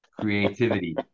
creativity